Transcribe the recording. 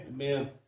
Amen